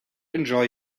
enjoy